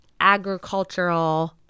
agricultural